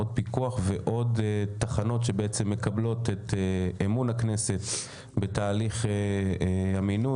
עוד פיקוח ועוד תחנות אל מול הכנסת בתהליך המינוי,